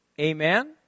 Amen